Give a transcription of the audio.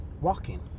Walking